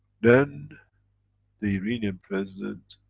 then the iranian president,